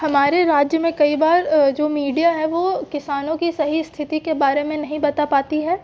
हमारे राज्य में कई बार जो मीडिया है वो किसानों की सही स्थिति के बारे में नहीं बता पाती है